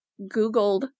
Googled